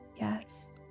Yes